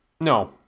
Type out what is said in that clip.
No